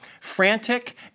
frantic